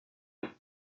pas